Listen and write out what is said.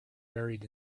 buried